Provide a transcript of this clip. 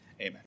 amen